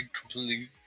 completely